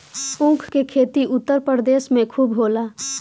ऊख के खेती उत्तर प्रदेश में खूब होला